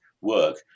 work